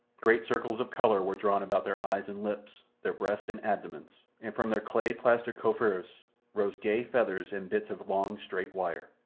great circles of colour were drawn about their eyes and lips, their breasts and abdomens, and from their clay-plastered coiffures rose gay feathers and bits of long, straight wire.